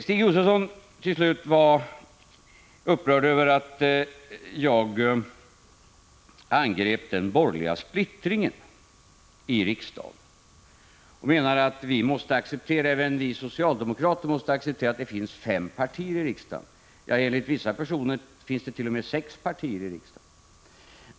Stig Josefson var upprörd över att jag angrep den borgerliga splittringen i riksdagen. Han menade att även vi socialdemokrater måste acceptera att det finns fem partier i riksdagen. Enligt vissa personer finns det t.o.m. sex partier i riksdagen.